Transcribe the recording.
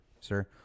sir